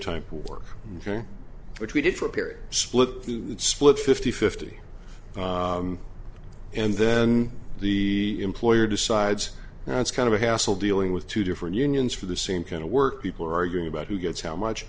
type of work which we did for a period split the split fifty fifty and then the employer decides now it's kind of a hassle dealing with two different unions for the same kind of work people are arguing about who gets how much